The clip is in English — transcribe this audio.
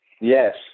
Yes